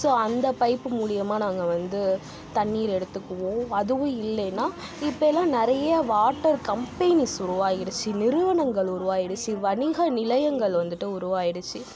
so அந்த pipe மூலியமாக நாங்கள் வந்து தண்ணீர் எடுத்துக்குவோம் அதுவும் இல்லைனா இப்போதுலாம் நிறைய வாட்டர் கம்பெனீஸ் உருவாகிடுச்சு நிறுவனங்கள் உருவாகிடுச்சு வணிக நிலையங்கள் வந்துட்டு உருவாகிடுச்சு